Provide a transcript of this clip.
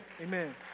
amen